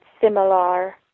similar